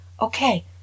okay